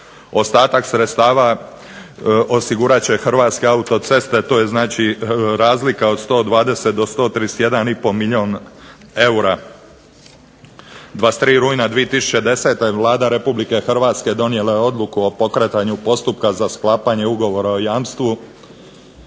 Ostatak sredstava osigurati će Hrvatske autoceste. Tu je znači razlika od 120 do 131,5 milijun eura. 23. rujna 2010. Vlada Republike Hrvatske donijela je odluku o pokretanju postupaka za sklapanja ugovora o jamstvu.